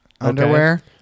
underwear